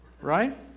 Right